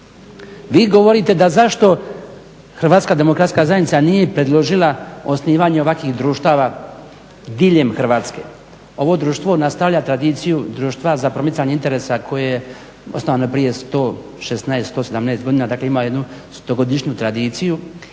Vi govorite da zašto Hrvatska demokratska zajednica nije predložila osnivanje ovakvih društava diljem Hrvatske. Ovo društvo nastavlja tradiciju društva za promicanje interesa koje je osnovano prije 116, 117 godina, dakle ima jednu stogodišnju tradiciju